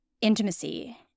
intimacy